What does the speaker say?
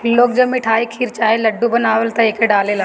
लोग जब मिठाई, खीर चाहे लड्डू बनावेला त एके डालेला